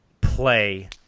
play